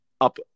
up